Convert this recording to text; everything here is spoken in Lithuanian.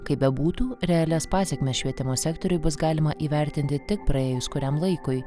kaip bebūtų realias pasekmes švietimo sektoriui bus galima įvertinti tik praėjus kuriam laikui